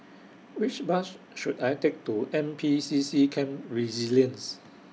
Which Bus should I Take to N P C C Camp Resilience